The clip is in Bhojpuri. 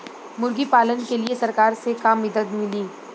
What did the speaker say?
मुर्गी पालन के लीए सरकार से का मदद मिली?